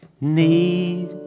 need